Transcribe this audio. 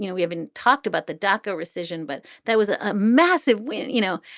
you know we haven't talked about the dacko rescission, but there was a massive win. you know,